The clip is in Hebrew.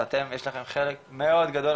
ואתם יש לכם חלק מאוד גדול,